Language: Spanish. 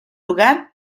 lugar